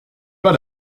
pas